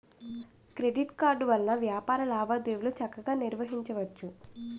credit card వలన వ్యాపార లావాదేవీలు చక్కగా నిర్వహించవచ్చు